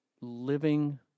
living